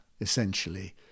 essentially